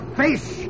face